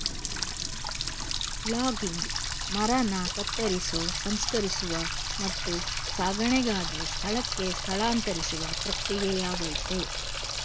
logging ಮರನ ಕತ್ತರಿಸೋ ಸಂಸ್ಕರಿಸುವ ಮತ್ತು ಸಾಗಣೆಗಾಗಿ ಸ್ಥಳಕ್ಕೆ ಸ್ಥಳಾಂತರಿಸುವ ಪ್ರಕ್ರಿಯೆಯಾಗಯ್ತೆ